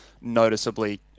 noticeably